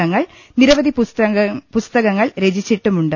തങ്ങൾ നിരവധി പുസ്തകങ്ങൾ രചിച്ചിട്ടുണ്ട്